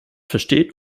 versteht